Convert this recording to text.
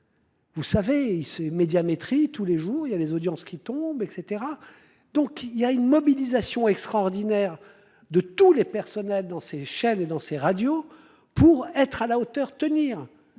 Vous savez, il se médiamétrie tous les jours il y a les audiences qui tombe et. Donc il y a une mobilisation extraordinaire de tous les personnels dans ces chaînes et dans ces radios pour être à la hauteur tenir